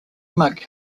monk